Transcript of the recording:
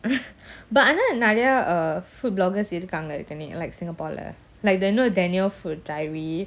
but ஆனாநெறய:ana neraya uh food bloggers இருக்காங்கநெறய:irukanga neraya like singapore lah like the you know daniel food diary